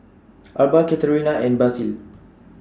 Arba Katerina and Basil